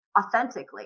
authentically